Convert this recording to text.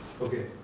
Okay